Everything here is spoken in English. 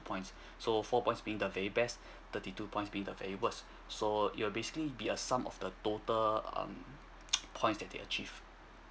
points so four points being the very best thirty two points be the very worst so it will basically be a sum of the total um points that they achieved